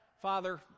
Father